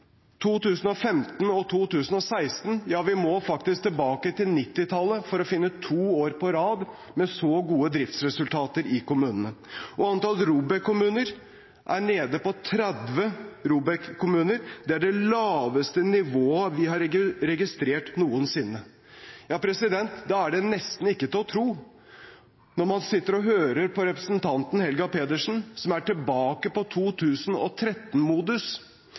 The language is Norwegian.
2015 og 2016. Ja, vi må faktisk tilbake til 1990-tallet for å finne to år på rad med så gode driftsresultater i kommunene. Antall ROBEK-kommuner er nede på 30. Det er det laveste nivået vi har registrert noensinne. Da er det nesten ikke til å tro når man sitter og hører på representanten Helga Pedersen, som er tilbake på